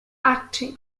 act